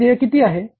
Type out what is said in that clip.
भाडे देय किती आहे